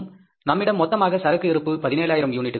நம்மிடம் மொத்தமாக சரக்கு இருப்பு 17000 யூனிட்டுகள் உள்ளன